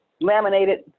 laminated